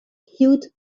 cute